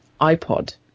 iPod